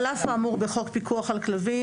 2. על אף האמור בחוק הפיקוח על כלבים,